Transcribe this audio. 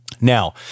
Now